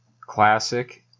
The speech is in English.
classic